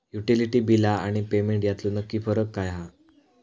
Utility बिला आणि payment यातलो नक्की फरक काय हा?